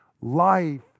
life